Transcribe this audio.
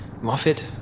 Moffat